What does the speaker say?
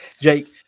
Jake